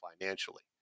financially